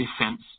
defense